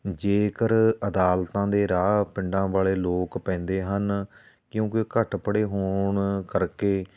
ਜੇਕਰ ਅਦਾਲਤਾਂ ਦੇ ਰਾਹ ਪਿੰਡਾਂ ਵਾਲੇ ਲੋਕ ਪੈਂਦੇ ਹਨ ਕਿਉਂਕਿ ਘੱਟ ਪੜ੍ਹੇ ਹੋਣ ਕਰਕੇ